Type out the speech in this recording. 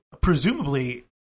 presumably